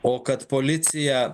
o kad policija